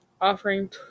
offering